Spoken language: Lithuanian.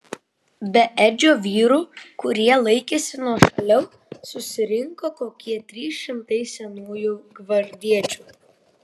be edžio vyrų kurie laikėsi nuošaliau susirinko kokie trys šimtai senųjų gvardiečių